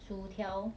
薯条